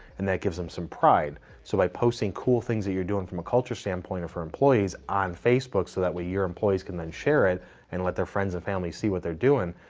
and that gives them some pride. so by posting cool things that you're doing from a culture standpoint, or for employees on facebook, so that way your employees can then share it and let their friends and family see what they're doing.